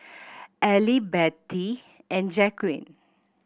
Ally Bettie and Jacquelin